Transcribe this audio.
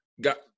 got